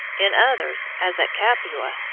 in others, as at capua,